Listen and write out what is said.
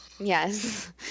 Yes